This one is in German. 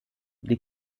die